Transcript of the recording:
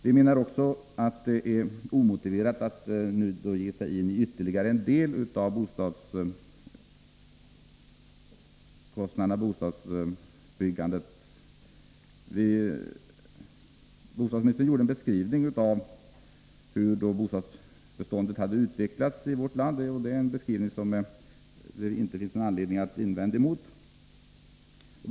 Vi menar också att det är omotiverat att nu ge sig in i ytterligare delar av bostadssektorn. Bostadsministern gjorde en beskrivning av hur bostadsbeståndet hade utvecklats i vårt land, och det finns ingen anledning att invända emot den.